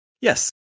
Yes